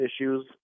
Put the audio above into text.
issues